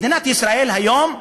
מדינת ישראל היום,